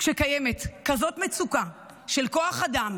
כשקיימת כזאת מצוקה של כוח אדם